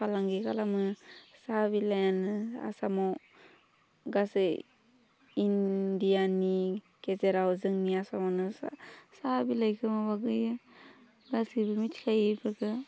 फालांगि खालामो साहा बिलाइआनो आसामाव गासै इण्डियाननि गेजेराव जोंनि आसामावनो साहा बिलाइखौ लाबोयो गासैबो मिथिखायो बेफोरखौ